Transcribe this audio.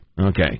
Okay